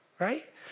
right